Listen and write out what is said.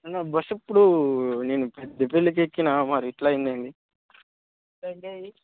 అన్న బస్సు ఇప్పుడు నేను పెద్దపల్లికి ఎక్కినా మరి ఇట్లా అయింది ఏంటి